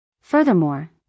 Furthermore